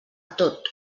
tot